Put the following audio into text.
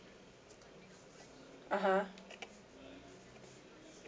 (uh huh)